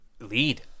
lead